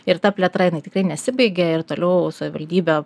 ir ta plėtra jinai tikrai nesibaigia ir toliau savivaldybė